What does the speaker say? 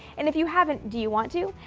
and if you haven't, do you want to?